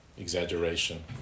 exaggeration